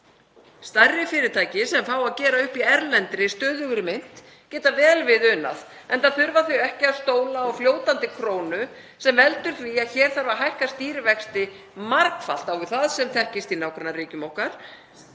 Stærri fyrirtæki sem fá að gera upp í erlendri stöðugri mynt geta vel við unað enda þurfa þau ekki að stóla á fljótandi krónu sem veldur því að hér þarf að hækka stýrivexti margfalt á við það sem þekkist í nágrannaríkjum okkar,